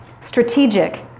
strategic